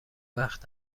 وقت